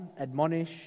admonish